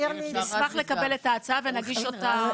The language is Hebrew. נשמח לקבל את ההצעה ונגיש אותה.